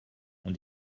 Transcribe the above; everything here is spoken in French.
ont